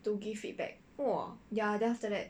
to give feedback ya then after that